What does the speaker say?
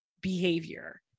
behavior